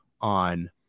on